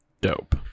dope